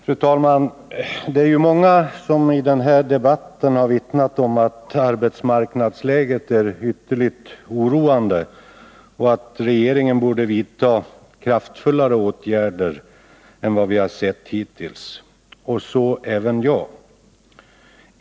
Fru talman! Många har i den här debatten vittnat om att arbetsmarknadsläget är ytterligt oroande och att regeringen borde vidta kraftfullare åtgärder än vad vi sett hittills. Så tycker även jag.